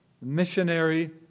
missionary